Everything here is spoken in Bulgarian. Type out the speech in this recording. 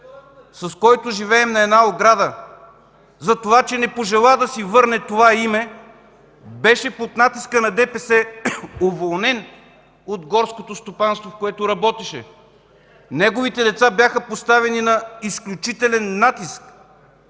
с който живеем на една ограда, затова че не пожела да си върне това име, под натиска на ДПС беше уволнен от горското стопанство, в което работеше. Неговите деца бяха поставени на изключителен натиск.